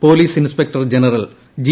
police inspector general G